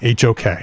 HOK